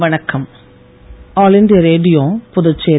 வணக்கம் all India Radio Puducherry